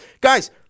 guys